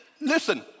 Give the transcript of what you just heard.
Listen